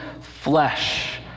flesh